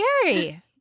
scary